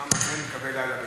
ששם אין קווי לילה בשבת.